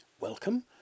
Welcome